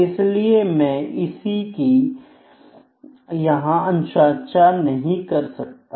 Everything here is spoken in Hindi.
इसलिए मैं इसकी यहां अनुशंसा नहीं करता हूं